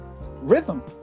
rhythm